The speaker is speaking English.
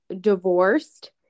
divorced